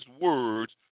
words